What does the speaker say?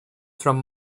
from